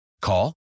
Call